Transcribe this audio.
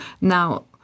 Now